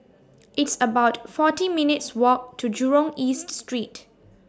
It's about forty minutes' Walk to Jurong East Street